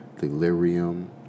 delirium